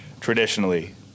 traditionally